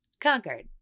conquered